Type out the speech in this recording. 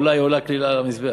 עולה היא עולה כליל על המזבח,